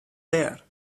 there